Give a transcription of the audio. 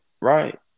right